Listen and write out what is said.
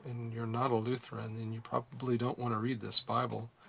you're not a lutheran, and you probably don't want to read this bible,